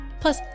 Plus